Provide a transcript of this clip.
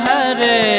Hare